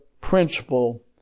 principle